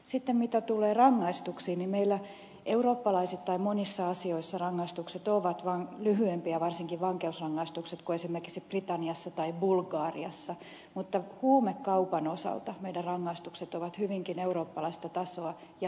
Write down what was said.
sitten mitä tulee rangaistuksiin meillä eurooppalaisittain monissa asioissa rangaistukset ovat lyhyempiä varsinkin vankeusrangaistukset kuin esimerkiksi britanniassa tai bulgariassa mutta huumekaupan osalta meidän rangaistuksemme ovat hyvinkin eurooppalaista tasoa ja hyvä niin